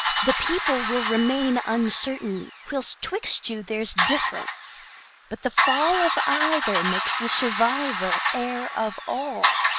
the people will remain uncertain whilst twixt you there's difference but the fall of either makes the survivor heir of all.